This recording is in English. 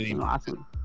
awesome